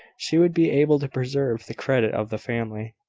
she should be able to preserve the credit of the family.